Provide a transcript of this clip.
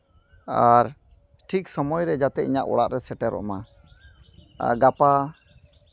ᱟᱨ ᱴᱷᱤᱠ ᱥᱚᱢᱚᱭ ᱨᱮ ᱡᱟᱛᱮ ᱤᱧᱟᱹᱜ ᱚᱲᱟᱜ ᱨᱮ ᱥᱮᱴᱮᱨᱚᱜ ᱢᱟ ᱟᱨ ᱜᱟᱯᱟ